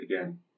again